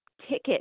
ticket